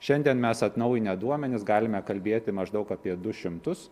šiandien mes atnaujinę duomenis galime kalbėti maždaug apie du šimtus